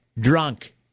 Drunk